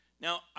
Now